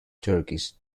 turkish